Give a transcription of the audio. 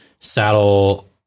Saddle